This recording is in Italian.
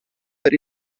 per